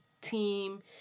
team